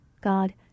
God